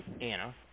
Anna